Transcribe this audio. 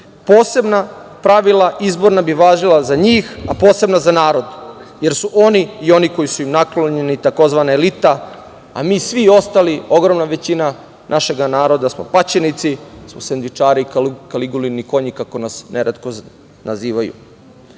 Posebna pravila izborna bi važila za njih, a posebna za narod jer su oni i oni koji su im naklonjeni tzv. elita, a mi svi ostali, ogromna većina našega naroda smo paćenici, mi smo sendvičari, Kaligulini konji kako nas neretko nazivaju. Vlada